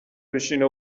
بشینه